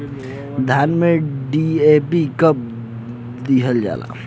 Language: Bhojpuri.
धान में डी.ए.पी कब दिहल जाला?